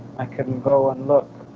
i can go and look